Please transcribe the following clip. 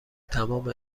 تمام